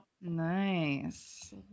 Nice